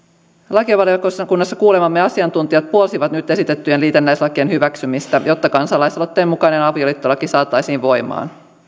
lakivaliokunnassa kuulemamme asiantuntijat puolsivat nyt esitettyjen liitännäislakien hyväksymistä jotta kansalaisaloitteen mukainen avioliittolaki saataisiin voimaan